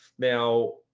now,